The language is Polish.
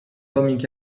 tomik